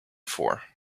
for